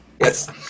Yes